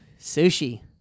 sushi